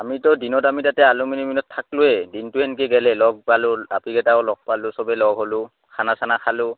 আমিতো দিনত আমি তাতে এলুমিনি মিটত থাকলোৱেই দিনটো এনকে গেলে লগ পালোঁ আপিকেইটাও লগ পালোঁ চবেই লগ হ'লোঁ খানা চানা খালোঁ